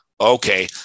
Okay